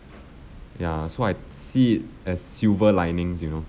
ya so I see it as silver linings you know